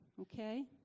okay